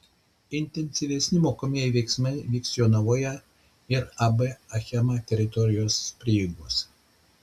intensyvesni mokomieji veiksmai vyks jonavoje ir ab achema teritorijos prieigose